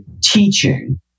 teaching